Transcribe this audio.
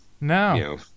No